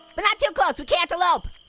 but not too close, we cantaloupe.